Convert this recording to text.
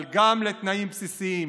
אבל גם לתנאים בסיסיים.